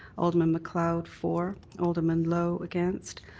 alderman macleod for, alderman lowe against,